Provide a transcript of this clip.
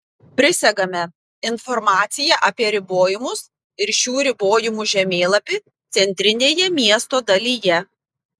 prisegame informaciją apie ribojimus ir šių ribojimų žemėlapį centrinėje miesto dalyje